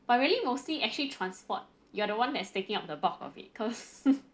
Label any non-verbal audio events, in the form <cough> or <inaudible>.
but really mostly actually transport you are the one that is taking up the bulk of it cause <laughs>